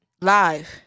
Live